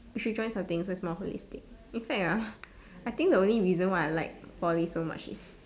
you should join something so it's more holistic in fact ah I think the only reason I like Poly so much is